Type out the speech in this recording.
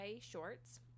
shorts